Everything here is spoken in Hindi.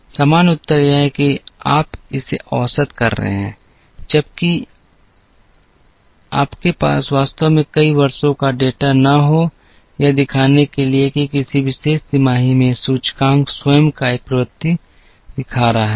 सामान्य उत्तर यह है कि आप इसे औसत कर रहे हैं जब तक कि आपके पास वास्तव में कई वर्षों का डेटा न हो यह दिखाने के लिए कि किसी विशेष तिमाही में सूचकांक स्वयं एक प्रवृत्ति दिखा रहा है